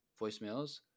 voicemails